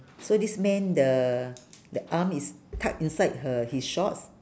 so this man the the arm is tuck inside her his shorts